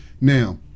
Now